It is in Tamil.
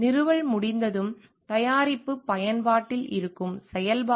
நிறுவல் முடிந்ததும் தயாரிப்பு பயன்பாட்டில் இருக்கும் செயல்பாடு